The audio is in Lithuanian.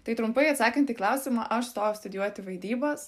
tai trumpai atsakant į klausimą aš stojau studijuoti vaidybos